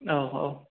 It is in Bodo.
औ औ